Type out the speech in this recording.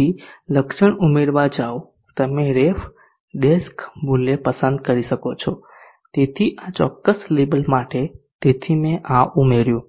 તેથી લક્ષણ ઉમેરવા જાઓ તમે રેફ ડેસ્ક મૂલ્ય પસંદ કરી શકો છો તેથી આ ચોક્કસ લેબલ માટે તેથી મેં આ ઉમેર્યું